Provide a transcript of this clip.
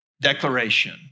declaration